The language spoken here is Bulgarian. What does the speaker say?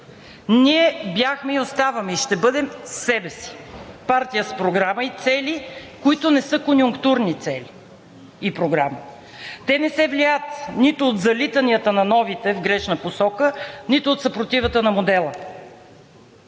Ние бяхме, оставаме и ще бъдем себе си – партия с програма и цели, които не са конюнктурни цели и програми. Те не се влияят нито от залитанията на новите в грешна посока, нито от съпротивата на модела.